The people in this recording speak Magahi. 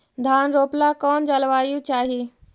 धान रोप ला कौन जलवायु चाही?